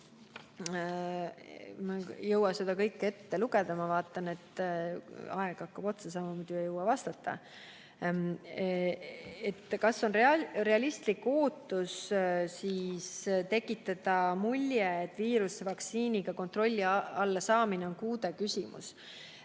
ei jõua seda kõike ette lugeda, ma vaatan, et aeg hakkab otsa saama ja ma ei jõua vastata. Küsitakse, kas on realistlik ootus tekitada mulje, et viiruse vaktsiiniga kontrolli alla saamine on kuude küsimus,